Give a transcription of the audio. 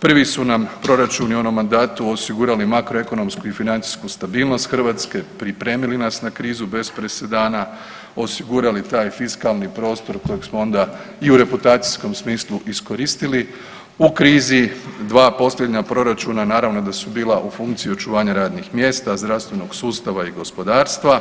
Prvi su nam proračuni u onom mandatu osigurali makroekonomsku i financijsku stabilnost Hrvatske, pripremili nas na krizu bez presedana, osigurali taj fiskalni prostor kojeg smo onda i u reputacijskom smislu iskoristili, u krizi, 2 posljednja proračuna, naravno da su bila u funkciju očuvanja radnih mjesta, zdravstvenog sustava i gospodarstva,